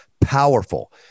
powerful